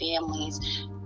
families